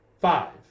five